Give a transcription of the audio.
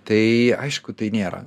tai aišku tai nėra